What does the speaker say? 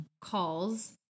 calls